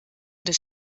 des